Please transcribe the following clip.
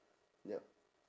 yup